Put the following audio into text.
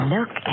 Look